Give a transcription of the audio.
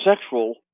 sexual